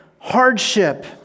hardship